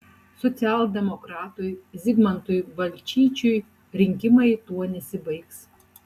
socialdemokratui zigmantui balčyčiui rinkimai tuo nesibaigs